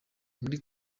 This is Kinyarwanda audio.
muri